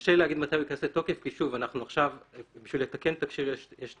קשה לי להגיד מתי כי לתקן תקש"יר זה תהליך.